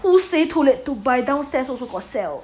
who say too late to buy downstairs also got sell